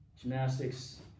gymnastics